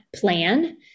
plan